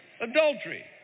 Adultery